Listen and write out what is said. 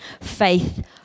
faith